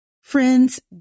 Friends